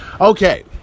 Okay